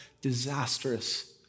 disastrous